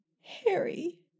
Harry